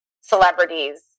celebrities